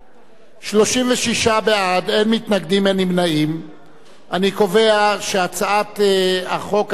מבקש ממני להצביע בקריאה שלישית,